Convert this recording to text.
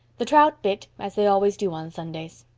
the trout bit as they always do on sundays.